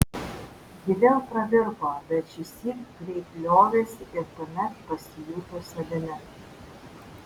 ji vėl pravirko bet šįsyk greit liovėsi ir tuomet pasijuto savimi